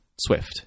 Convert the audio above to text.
swift